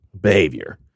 behavior